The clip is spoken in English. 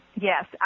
Yes